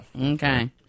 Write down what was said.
Okay